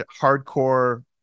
hardcore